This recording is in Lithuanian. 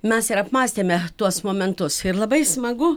mes ir apmąstėme tuos momentus ir labai smagu